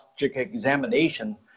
examination